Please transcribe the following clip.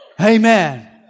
Amen